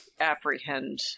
apprehend